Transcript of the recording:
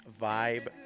Vibe